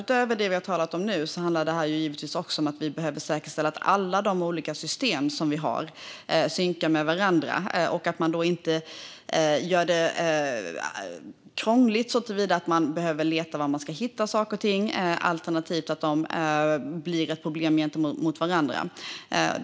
Utöver det vi har talat om handlar det här givetvis också om att vi behöver säkerställa att alla de olika system som vi har synkar med varandra och att vi då inte gör det krångligt såtillvida att man behöver leta efter var man ska hitta saker och ting eller att de blir problem gentemot varandra.